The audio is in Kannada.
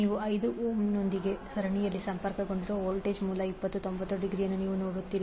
ನೀವು 5 ಓಮ್ನೊಂದಿಗೆ ಸರಣಿಯಲ್ಲಿ ಸಂಪರ್ಕಗೊಂಡಿರುವ ವೋಲ್ಟೇಜ್ ಮೂಲ 20∠ 90 ಅನ್ನು ನೀವು ನೋಡುತ್ತೀರಿ